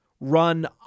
run